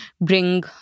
bring